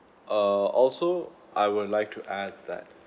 err also I would like to add that